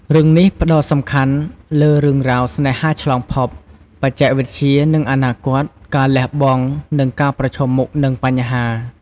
រឿងនេះផ្តោតសំខាន់លើរឿងរ៉ាវស្នេហាឆ្លងភព បច្ចេកវិទ្យា និងអនាគត ការលះបង់ និងការប្រឈមមុខនឹងបញ្ហា ។